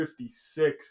56